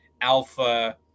alpha